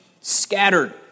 scattered